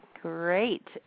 Great